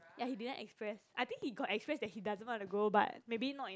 ya he didn't express I think he got express that he doesn't want to go but maybe not in